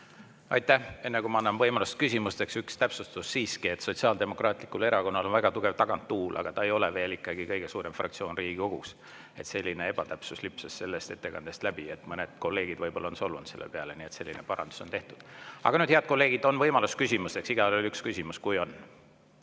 Aitäh! Enne kui ma annan võimaluse küsimusteks, üks täpsustus siiski, et Sotsiaaldemokraatlikul Erakonnal väga tugev taganttuul, aga ta ei ole veel ikkagi kõige suurem fraktsioon Riigikogus. Selline ebatäpsus lipsas sellest ettekandest läbi. Mõned kolleegid võib-olla on solvunud selle peale, nii et selline parandus on tehtud. Aga nüüd, head kolleegid, on võimalus küsimuseks – igaühel üks küsimus, kui on.